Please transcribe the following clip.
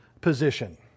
position